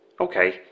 Okay